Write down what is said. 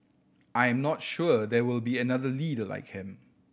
I am not sure there will be another leader like him